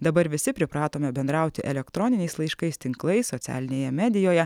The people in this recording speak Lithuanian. dabar visi pripratome bendrauti elektroniniais laiškais tinklais socialinėje medijoje